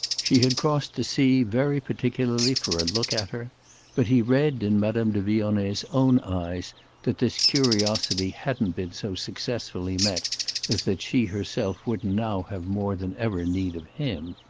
she had crossed the sea very particularly for a look at her but he read in madame de vionnet's own eyes that this curiosity hadn't been so successfully met as that she herself wouldn't now have more than ever need of him.